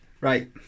Right